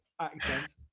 accent